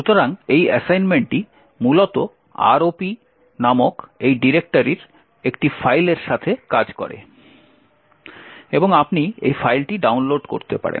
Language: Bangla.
সুতরাং এই অ্যাসাইনমেন্টটি মূলত ROP নামক এই ডিরেক্টরির একটি ফাইলের সাথে কাজ করে এবং আপনি এই ফাইলটি ডাউনলোড করতে পারেন